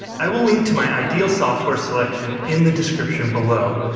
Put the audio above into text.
i will link to my ideal software selection in the description below.